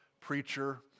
preacher